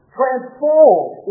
transformed